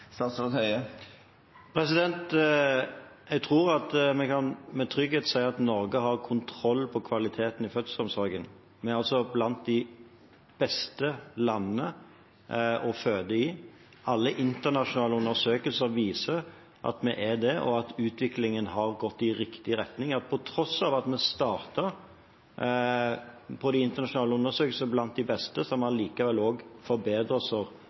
Jeg tror at vi med trygghet kan si at Norge har kontroll på kvaliteten i fødselsomsorgen. Vi er altså blant de beste landene å føde i. Alle internasjonale undersøkelser viser at vi er det, og at utviklingen har gått i riktig retning. På tross av at vi startet blant de beste i de internasjonale undersøkelsene, har vi allikevel også forbedret oss betydelig. Det er helt riktig at vi